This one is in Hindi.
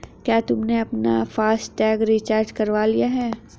क्या तुमने अपना फास्ट टैग रिचार्ज करवा लिया है?